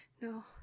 no